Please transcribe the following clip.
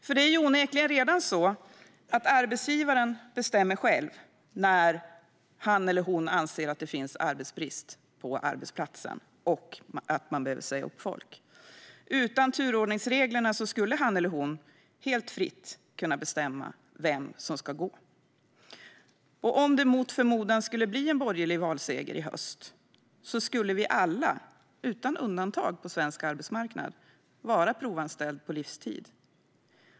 Onekligen är det ju redan så att arbetsgivaren själv bestämmer när han eller hon anser att det finns arbetsbrist på arbetsplatsen och att man behöver säga upp folk. Utan turordningsregler skulle han eller hon helt fritt kunna bestämma vem som ska gå. Om det, mot förmodan, skulle bli en borgerlig valseger i höst skulle vi alla, utan undantag, vara provanställda på livstid på svensk arbetsmarknad.